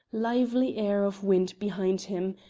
lively air of wind behind him,